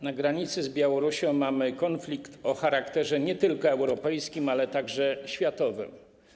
Na granicy z Białorusią mamy konflikt o charakterze nie tylko europejskim, ale także światowym.